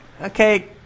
okay